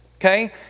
okay